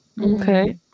Okay